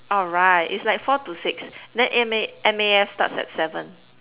alright it's like four to six and M_A M_A_F starts at seven